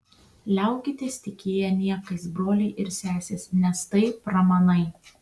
liaukitės tikėję niekais broliai ir sesės nes tai pramanai